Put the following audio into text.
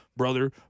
Brother